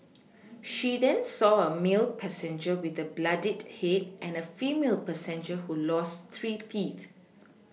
she then saw a male passenger with a bloodied head and a female passenger who lost three teeth